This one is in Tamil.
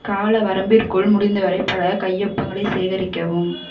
கால வரம்பிற்குள் முடிந்தவரை பல கையொப்பங்களை சேகரிக்கவும்